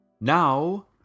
Now